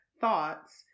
thoughts